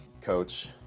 Coach